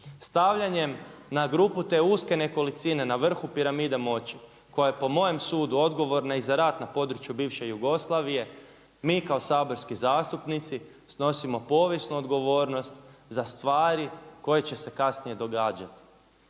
Stavljanjem na grupu te uske nekolicine na vrhu piramide moći koja je po mojem sudu odgovorna i za rat na području bivše Jugoslavije mi kao saborski zastupnici snosimo povijesnu odgovornost za stvari koje će se kasnije događati.